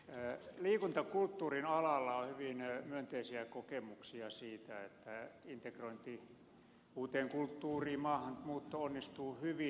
liikunta ja kulttuurialalla on hyvin myönteisiä kokemuksia siitä että integrointi uuteen kulttuuriin maahanmuutto onnistuu hyvin